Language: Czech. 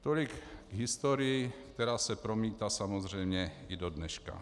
Tolik k historii, která se promítá samozřejmě i do dneška.